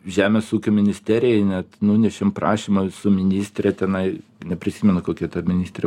žemės ūkio ministerijai net nunešėm prašymą su ministre tenai neprisimenu kokia ta ministrė